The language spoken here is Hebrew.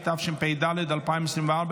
התשפ"ד 2024,